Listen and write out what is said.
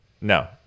no